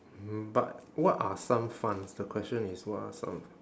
mm but what are some funs the question is what are some